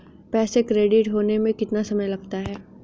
पैसा क्रेडिट होने में कितना समय लगता है?